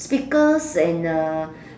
speakers and uh